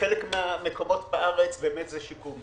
בחלק מן המקומות בארץ זה שיקום.